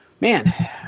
Man